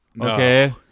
Okay